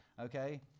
okay